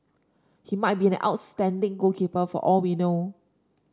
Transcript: he might be an outstanding goalkeeper for all we know